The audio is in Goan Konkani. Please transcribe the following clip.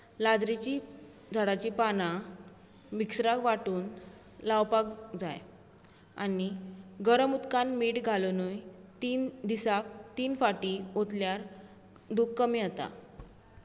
लाद्रीचीं झाडांचीं पानां मिक्सरांत वांटून लावपाक जाय आनी गरम उदकांत मीठ घालुनूय तीन दिसाक तीन फावटी ओतल्यार दूख कमी जाता